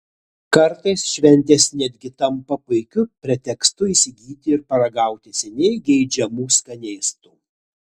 kartais šventės netgi tampa puikiu pretekstu įsigyti ir paragauti seniai geidžiamų skanėstų